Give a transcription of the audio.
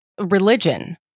religion